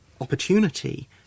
opportunity